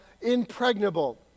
impregnable